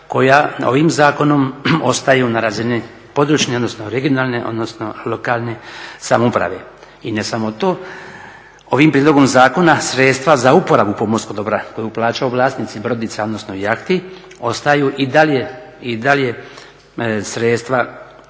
koja ovim zakonom ostaju na razini područne, regionalne i lokalne samouprave. I ne samo to, ovim prijedlogom zakona sredstva za uporabu pomorskog dobra koji plaćaju vlasnici brodica odnosno jahti ostaju i dalje sredstva